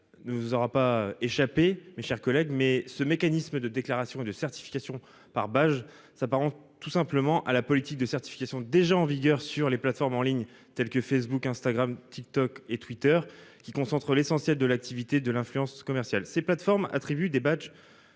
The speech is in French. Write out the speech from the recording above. ne vous aura pas échappé, mes chers collègues, ce mécanisme de déclaration et de certification par badge s'apparente tout simplement à la politique de certification en vigueur sur les plateformes en ligne telles que Facebook, Instagram, TikTok ou Twitter, qui concentrent l'essentiel de l'activité de l'influence commerciale. Ces plateformes attribuent des badges